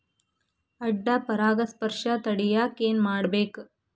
ಅಡ್ಡ ಪರಾಗಸ್ಪರ್ಶ ತಡ್ಯಾಕ ಏನ್ ಮಾಡ್ಬೇಕ್?